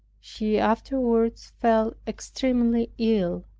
she afterward, fell extremely ill.